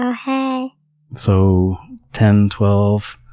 um ah so ten, twelve